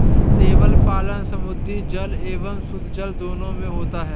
शैवाल पालन समुद्री जल एवं शुद्धजल दोनों में होता है